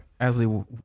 Asley